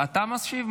אתה משיב,